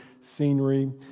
scenery